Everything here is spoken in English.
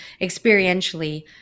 experientially